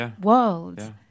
world